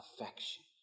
affection